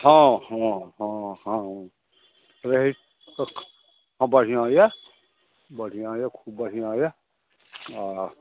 हँ हँ हँ हँ हँ बढ़िआँ यऽ बढ़िआँ यऽ खूब बढ़िआँ यऽ आ